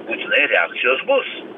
būtinai reakcijos bus